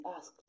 asked